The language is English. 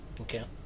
okay